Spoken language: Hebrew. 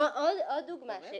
עוד דוגמה שיש,